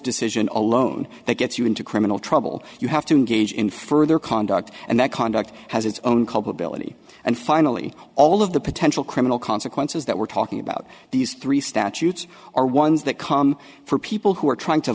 decision alone that gets you into criminal trouble you have to engage in further conduct and that conduct has its own culpability and finally all of the potential criminal consequences that we're talking about these three statutes are ones that come for people who are trying to